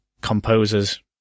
composer's